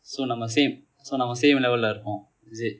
so நம்ம :namma same so நம்ம:namma same level இருப்போம்:irrupom is it